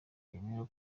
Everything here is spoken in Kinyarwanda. yemera